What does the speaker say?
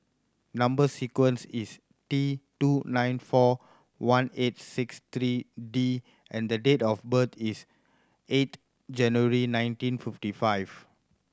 number sequence is T two nine four one eight six three D and the date of birth is eight January nineteen fifty five